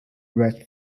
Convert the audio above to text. red